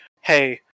hey